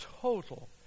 total